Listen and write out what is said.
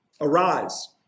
Arise